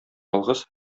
ялгыз